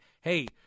hey